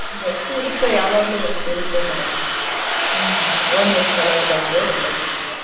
rush ಇರುತ್ತೆ ಯಾವಾಗಲೂ rush ಇರುತ್ತೆ ಮೇಡಮ್ ಹ್ಞೂ ಓನ್ ವೆಯ್ಕಲಲ್ಲಿ ಬಂದರೆ ಒಳ್ಳೇದು ನೀವು